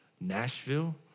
Nashville